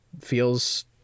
feels